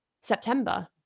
September